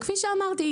שאמרתי,